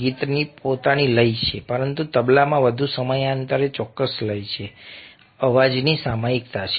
ગીતની પોતાની લય છે પરંતુ તબલામાં વધુ સમયાંતરે ચોક્કસ લય છે અવાજની સામયિકતા છે